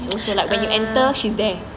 so so like when you enter she's there